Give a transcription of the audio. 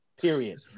Period